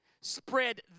Spread